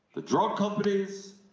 the drug companies,